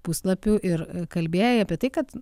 puslapių ir kalbėjai apie tai kad